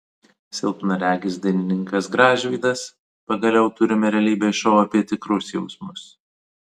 silpnaregis dainininkas gražvydas pagaliau turime realybės šou apie tikrus jausmus